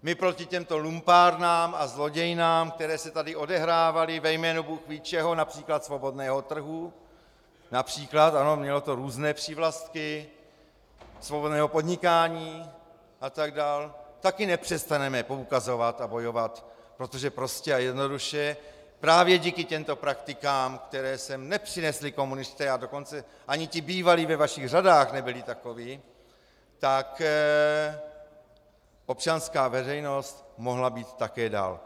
My proti těmto lumpárnám a zlodějnám, které se tady odehrávaly ve jménu bůhvíčeho, například svobodného trhu, například, ano, mělo to různé přívlastky, svobodného podnikání atd., taky nepřestaneme poukazovat a bojovat, protože prostě a jednoduše právě díky těmto praktikám, které sem nepřinesli komunisté, a dokonce ani ti bývalí ve vašich řadách nebyli takoví, tak občanská veřejnost mohla být také dál.